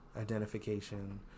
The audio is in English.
identification